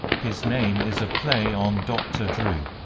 his name is a play on dr. drew.